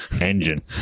engine